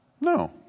No